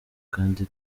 kandi